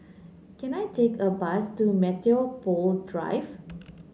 can I take a bus to Metropole Drive